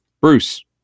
Bruce